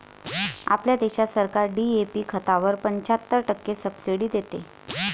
आपल्या देशात सरकार डी.ए.पी खतावर पंच्याहत्तर टक्के सब्सिडी देते